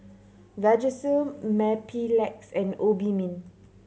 Vagisil Mepilex and Obimin